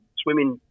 swimming